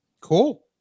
Cool